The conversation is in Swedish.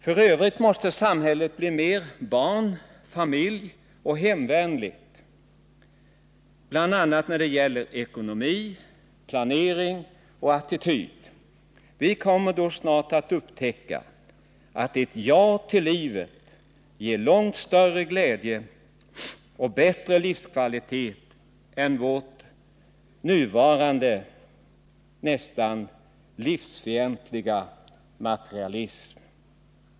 F. ö. måste samhället bli mer barn-, familjeoch hemvänligt bl.a. när det gäller ekonomi, planering och attityder. Vi kommer då snart att upptäcka att ett ja till livet ger långt större glädje och bättre livskvalitet än vår nuvarande, nästan livsfientliga materialism.